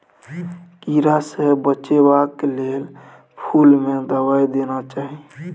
कीड़ा सँ बचेबाक लेल फुल में दवाई देना चाही